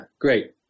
great